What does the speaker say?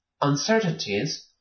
Uncertainties